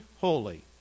holy